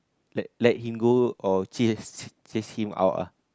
let him go or chase chase him out ah